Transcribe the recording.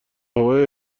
هوای